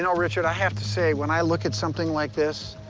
and richard, i have to say, when i look at something like this,